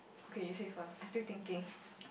okay you say first I still thinking